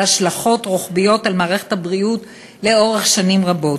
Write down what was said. השלכות רוחביות על מערכת הבריאות לאורך שנים רבות.